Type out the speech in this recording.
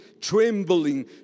trembling